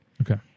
Okay